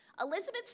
Elizabeth